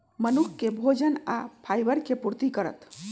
मनुख के भोजन आ फाइबर के पूर्ति करत